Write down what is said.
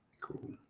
Cool